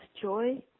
Joy